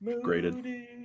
graded